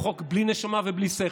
הוא חוק בלי נשמה ובלי שכל.